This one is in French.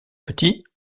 petit